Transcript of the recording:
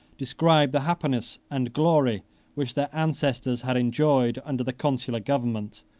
described the happiness and glory which their ancestors had enjoyed under the consular government,